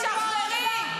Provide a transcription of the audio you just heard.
שחררי.